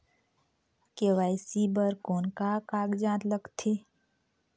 KYC बर कौन का कागजात लगथे?